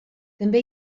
també